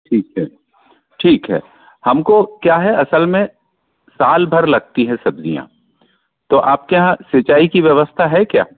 ठीक है ठीक है हमको क्या है असल में साल भर लगती है सब्ज़ियाँ तो आपके यहाँ सिंचाई की व्यवस्था है क्या